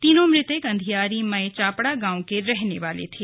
तीनों मृतक अंधियारी मय चापड़ा गांव के रहने वाले थे